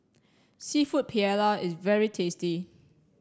Seafood Paella is very tasty